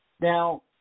Now